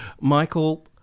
Michael